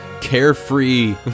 carefree